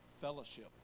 fellowship